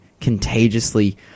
contagiously